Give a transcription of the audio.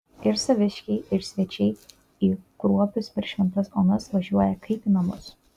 ir saviškiai ir svečiai į kruopius per šventas onas važiuoja kaip į namus